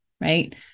right